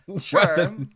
sure